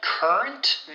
Current